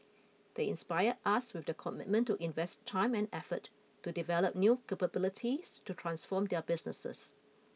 they inspire us with their commitment to invest time and effort to develop new capabilities to transform their businesses